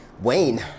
Wayne